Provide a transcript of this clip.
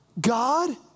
God